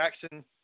Jackson